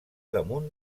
damunt